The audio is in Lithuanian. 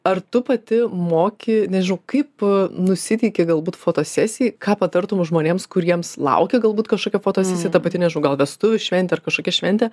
ar tu pati moki nežinau kaip nusiteiki galbūt fotosesijai ką patartumei žmonėms kuriems laukia galbūt kažkokia fotosesija ta pati nežinau gal vestuvių šventė ar kažkokia šventė